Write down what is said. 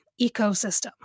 ecosystem